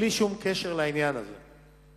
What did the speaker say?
בלי שום קשר לעניין הזה.